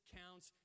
counts